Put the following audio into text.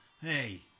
Hey